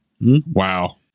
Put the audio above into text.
Wow